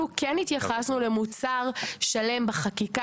אנחנו כן התייחסו למוצר שלם בחקיקה